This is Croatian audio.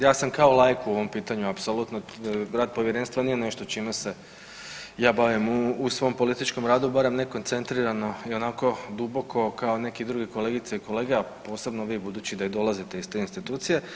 Ja sam kao laik u ovom pitanju apsolutno, rad povjerenstva nije nešto čime se ja bavim u svom političkom radu, barem ne koncentrirano i onako duboko kao neki drugi kolegice i kolege, a posebno vi budući da dolazite iz te institucije.